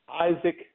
Isaac